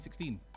2016